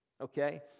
Okay